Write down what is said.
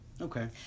Okay